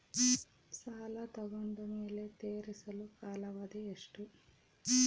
ಸಾಲ ತಗೊಂಡು ಮೇಲೆ ತೇರಿಸಲು ಕಾಲಾವಧಿ ಎಷ್ಟು?